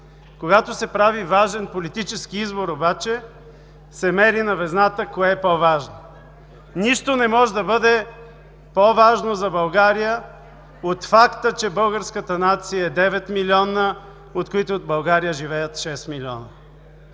Когато се прави важен политически избор обаче, се мери на везната кое е по-важно. Нищо не може да бъде по-важно за България от факта, че българската нация е девет милионна, от които в България живеят шест милиона.